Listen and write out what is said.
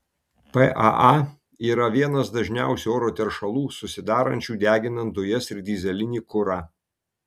paa yra vienas dažniausių oro teršalų susidarančių deginant dujas ir dyzelinį kurą